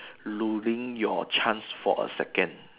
losing your chance for a second